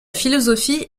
philosophie